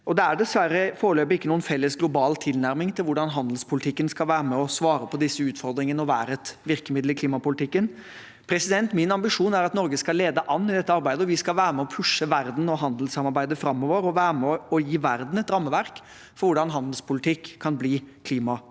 det er dessverre foreløpig ikke noen felles global tilnærming til hvordan handelspolitikken skal være med og svare på disse utfordringene og være et virkemiddel i klimapolitikken. Min ambisjon er at Norge skal lede an i dette arbeidet. Vi skal være med og pushe verden og handelssamarbeidet framover og være med og gi verden et rammeverk for hvordan handelspolitikk kan bli klimapolitikk.